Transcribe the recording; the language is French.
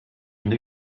une